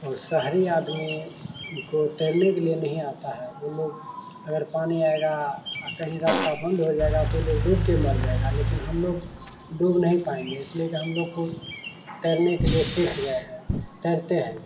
और शहरी आदमी को तैरने के लिए नहीं आता है ऊ लोग अगर पानी आएगा कहीं रस्ता बंद हो जायेगा तो वो लोग डूब के मर जाएगा लेकिन हम लोग डूब नहीं पाएंगे इसलिए हम लोग को तैरने के लिए सीख गए हैं तैरते हैं